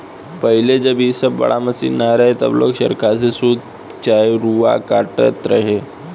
पहिले जब इ सब बड़का मशीन ना रहे तब लोग चरखा से सूत चाहे रुआ काटत रहे